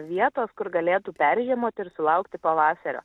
vietos kur galėtų peržiemoti ir sulaukti pavasario